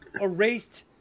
erased